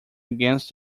against